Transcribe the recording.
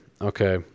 Okay